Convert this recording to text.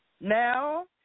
Now